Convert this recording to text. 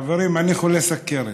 חברים, אני חולה סוכרת.